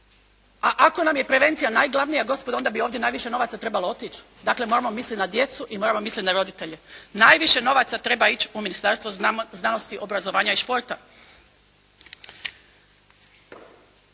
A ako nam je prevencija najglavnija gospodo, onda bi ovdje najviše novaca trebalo otići. Dakle, moramo misliti na djecu, moramo misliti na roditelje. Najviše novaca mora ići u Ministarstvo znanosti, obrazovanja i športa.